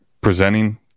presenting